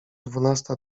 dwunasta